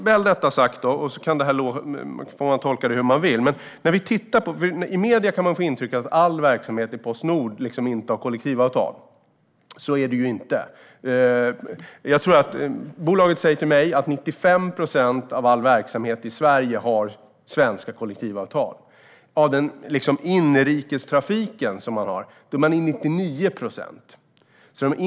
Men detta väl sagt - sedan får man tolka detta hur man vill - kan man i medierna få intrycket att all verksamhet i Postnord inte styrs av kollektivavtal. Så är det inte. Bolaget säger till mig att 95 procent av all verksamhet i Sverige lyder under svenska kollektivavtal. För inrikestrafiken är det 99 procent.